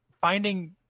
finding